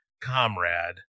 comrade